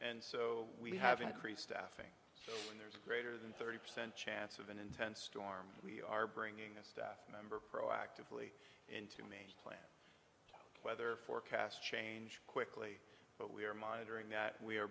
and so we have increased f ing and there's a greater than thirty percent chance of an intense storm we are bringing a staff member proactively in to me weather forecast change quickly but we are monitoring that we are